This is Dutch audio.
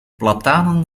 platanen